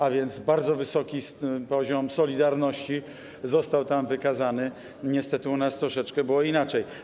A więc bardzo wysoki poziom solidarności został tam wykazany, niestety u nas było troszeczkę inaczej.